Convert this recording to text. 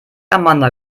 amanda